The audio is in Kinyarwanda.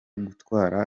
gutwara